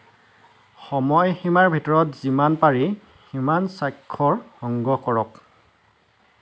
সময়সীমাৰ ভিতৰত যিমান পাৰি সিমান স্বাক্ষৰ সংগ্ৰহ কৰক